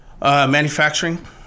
Manufacturing